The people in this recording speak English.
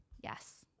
yes